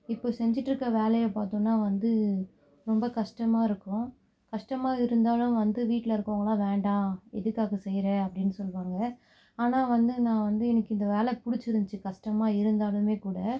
இப்போ செஞ்சிட்டிருக்க வேலைய பார்த்தோன்னா வந்து ரொம்ப கஷ்டமாக இருக்கும் கஷ்டமாக இருந்தாலும் வந்து வீட்டில் இருக்கவங்களா வேண்டாம் எதுக்காக செய்கிறே அப்படின் சொல்லுவாங்க ஆனால் வந்து நான் வந்து எனக்கு இந்த வேலை பிடிச்சிருந்துச்சி கஷ்டமாக இருந்தாலுமே கூட